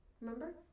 Remember